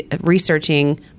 researching